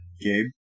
Gabe